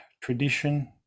tradition